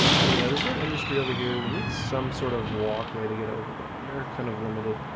so yeah, this is our industry over here we need some sort of walkway to get over but we are kind of limited.